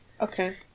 Okay